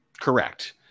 correct